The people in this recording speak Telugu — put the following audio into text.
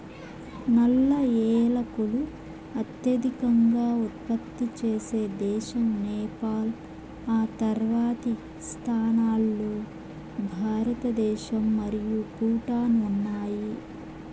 నల్ల ఏలకులు అత్యధికంగా ఉత్పత్తి చేసే దేశం నేపాల్, ఆ తర్వాతి స్థానాల్లో భారతదేశం మరియు భూటాన్ ఉన్నాయి